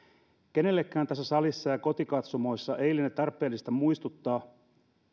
kenellekään tässä salissa ja kotikatsomoissa ei liene tarpeellista muistuttaa